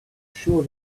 sure